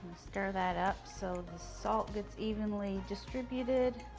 stir that up so the salt gets evenly distributed.